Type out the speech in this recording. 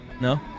No